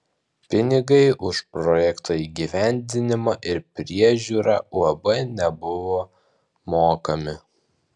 pinigai už projekto įgyvendinimą ir priežiūrą uab nebuvo mokami